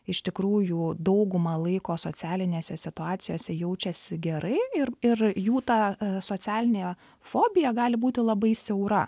iš tikrųjų daugumą laiko socialinėse situacijose jaučiasi gerai ir ir jų ta socialinė fobija gali būti labai siaura